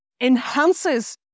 enhances